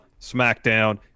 SmackDown